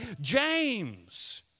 James